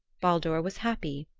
baldur was happy.